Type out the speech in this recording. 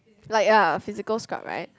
like yeah physical scrub right